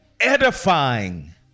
edifying